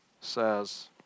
says